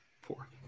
Four